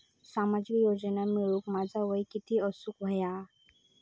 सामाजिक योजना मिळवूक माझा वय किती असूक व्हया?